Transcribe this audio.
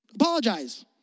Apologize